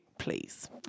Please